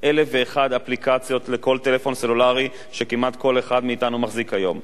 אלף ואחת אפליקציות לכל טלפון סלולרי שכמעט כל אחד מאתנו מחזיק היום,